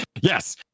Yes